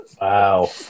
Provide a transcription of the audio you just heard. Wow